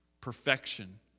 perfection